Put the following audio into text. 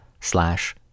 slash